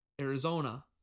Arizona